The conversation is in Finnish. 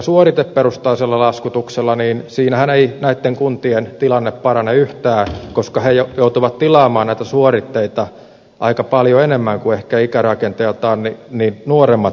suoriteperustaisella laskutuksellahan ei näitten kuntien tilanne parane yhtään koska ne joutuvat tilaamaan näitä suoritteita aika paljon enemmän kuin ehkä ikärakenteeltaan nuoremmat kunnat